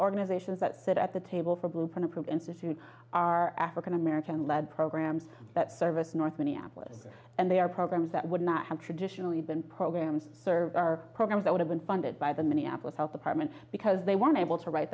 organizations that sit at the table for blueprint approved institute are african american led programs that service north minneapolis and they are programs that would not have traditionally been programs served are programs that have been funded by the minneapolis health department because they want able to write